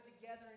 together